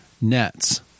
nets